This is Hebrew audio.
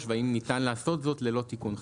והאם ניתן לעשות זאת ללא תיקון חקיקה?